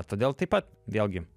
todėl taip pat vėlgi